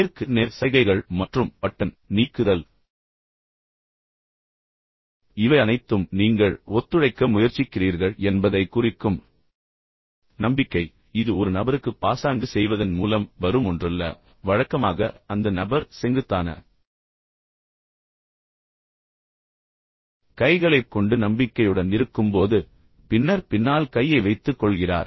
நேருக்கு நேர் சைகைகள் மற்றும் பட்டன் நீக்குதல் எனவே இவை அனைத்தும் நீங்கள் உண்மையில் ஒத்துழைக்க முயற்சிக்கிறீர்கள் என்பதைக் குறிக்கும் இப்போது நம்பிக்கை இது ஒரு நபருக்கு பாசாங்கு செய்வதன் மூலம் வரும் ஒன்றல்ல ஆனால் வழக்கமாக அந்த நபர் செங்குத்தான கைகளைப் கொண்டு நம்பிக்கையுடன் இருக்கும்போது பின்னர் பின்னால் கையை வைத்துக்கொள்கிறார்